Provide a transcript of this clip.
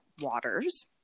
waters